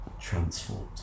transformed